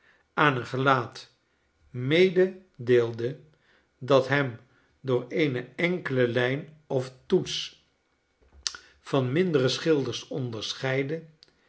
aan een gelaat mededeelde dathem door eene enkele lijn of toets van mindere schilders onderscheidde